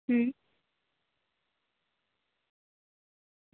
હમ્મ